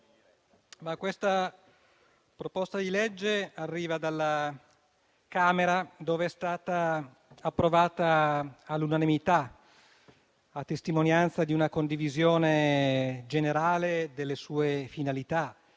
legge al nostro esame arriva dalla Camera dove è stata approvata all'unanimità, a testimonianza di una condivisione generale delle sue finalità,